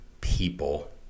people